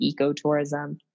ecotourism